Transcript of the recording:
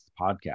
podcast